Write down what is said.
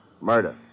Murder